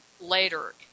later